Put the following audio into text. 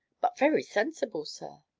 but very sensible, sir.